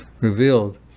Revealed